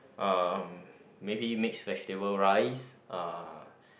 uh maybe mixed vegetable rice uh